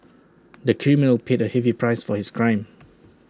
the criminal paid A heavy price for his crime